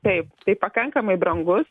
taip tai pakankamai brangus